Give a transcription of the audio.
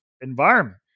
environment